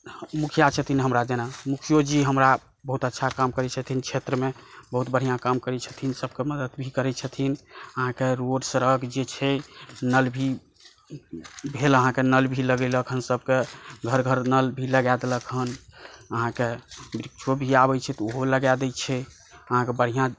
मुखिआ छथिन हमरा जेना मुखिओ जी हमरा बहुत अच्छा काम करै छथिन क्षेत्रमे बहुत बढ़िऑं काम करै छथिन सभके मदद भी करै छथिन अहाँकेँ रोड सड़क जे छै नल भी भेल अहाँकेँ नल भी लगेलक हँ सभकेँ घर घर नल भी लगा देलक हँ अहाँकेँ जे भी आबैछै ओहो लगा दै छै अहाँकेँ बढ़िऑं